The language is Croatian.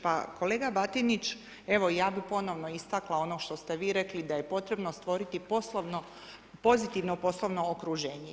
Pa kolega Batinić, evo ja bih ponovo istakla ono što ste vi rekli da je potrebno stvoriti pozitivno poslovno okruženje.